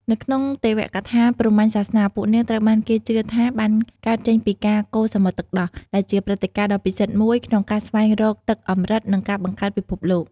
នៅក្នុងទេវកថាព្រហ្មញ្ញសាសនា ពួកនាងត្រូវបានគេជឿថាបានកើតចេញពីការ កូរសមុទ្រទឹកដោះ ដែលជាព្រឹត្តិការណ៍ដ៏ពិសិដ្ឋមួយក្នុងការស្វែងរកទឹកអម្រឹត និងការបង្កើតពិភពលោក។